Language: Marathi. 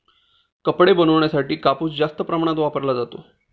कपडे बनवण्यासाठी कापूस जास्त प्रमाणात वापरला जातो